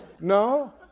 No